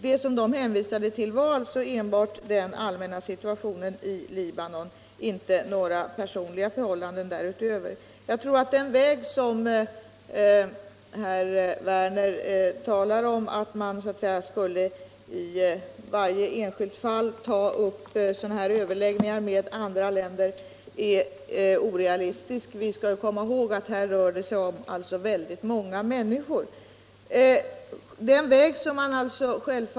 Det som de hänvisade till var enbart den allmänna situationen i Libanon, inte till några personliga förhållanden däröver. Jag tror alt den väg som herr Werner talar om. att i varje enskilt fall ta upp överläggningar med andra länder, är orealistisk. Vi måste komma ihåg att det rör sig om så många människor.